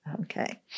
Okay